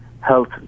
health